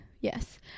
Yes